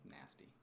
nasty